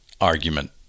argument